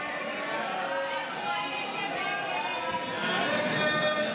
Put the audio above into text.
ההצעה להעביר לוועדה את